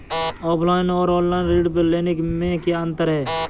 Offline और online ऋण लेने में क्या अंतर है?